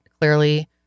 clearly